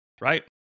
Right